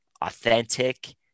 authentic